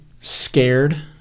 scared